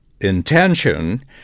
intention –